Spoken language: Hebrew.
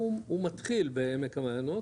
הוא מתחיל בעמק המעיינות,